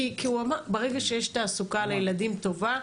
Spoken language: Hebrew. כי הוא אמר, ברגע שיש תעסוקה לילדים טובה.